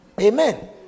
Amen